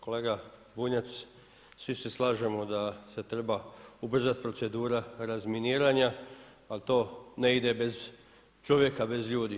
Kolega Bunjac, svi se slažemo da se treba ubrzati procedura razminiranja, ali to ne ide bez čovjeka, bez ljudi.